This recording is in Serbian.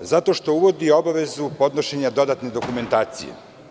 zato što uvodi obavezu podnošenja dodatne dokumentacije.